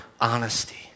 honesty